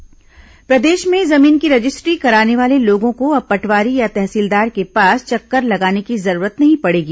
registry प्रक्रिया सरल प्रदेश में जमीन की रजिस्ट्री कराने वाले लोगों को अब पटवारी या तहसीलदार के पास चक्कर लगाने की जरूरत नहीं पडेगी